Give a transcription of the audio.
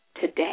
today